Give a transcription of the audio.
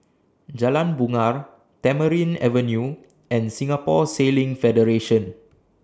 Jalan Bungar Tamarind Avenue and Singapore Sailing Federation